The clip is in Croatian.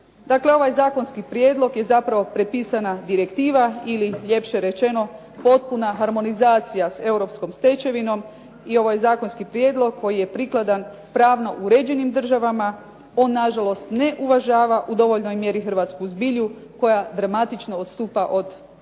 Dakle, ovaj zakonski prijedlog je zapravo prepisana direktiva, ili ljepše rečeno potpuna harmonizacija s Europskom stečevinom i ovaj Zakonski prijedlog koji je prikladan pravno uređenim državama on na žalost ne uvažava u dovoljnoj mjeri Hrvatsku zbilju koja dramatično odstupa od europske